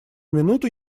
минуту